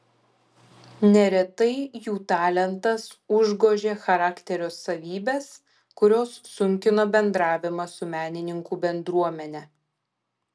neretai jų talentas užgožė charakterio savybes kurios sunkino bendravimą su menininkų bendruomene